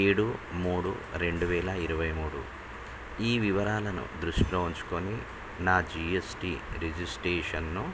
ఏడు మూడు రెండు వేల ఇరవై మూడు ఈ వివరాలను దృష్టిలో ఉంచుకొని నా జిఎస్టి రిజిస్ట్రేషన్ను